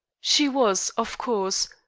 she was, of course,